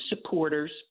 supporters